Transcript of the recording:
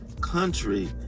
country